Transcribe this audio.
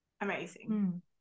Amazing